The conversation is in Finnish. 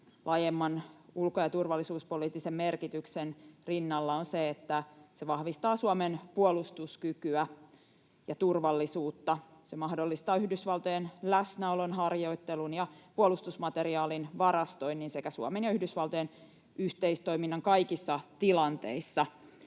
laajemman ulko- ja turvallisuuspoliittisen merkityksen rinnalla on se, että se vahvistaa Suomen puolustuskykyä ja turvallisuutta, se mahdollistaa Yhdysvaltojen läsnäolon, harjoittelun ja puolustusmateriaalin varastoinnin sekä Suomen ja Yhdysvaltojen yhteistoiminnan kaikissa tilanteissa.